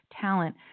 talent